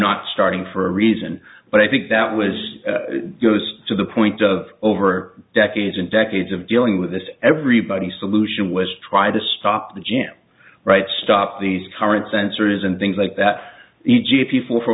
not starting for a reason but i think that was goes to the point of over decades and decades of dealing with this everybody solution was trying to stop the jam right stop these current sensors and things like that